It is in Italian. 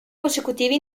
consecutivi